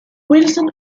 wilson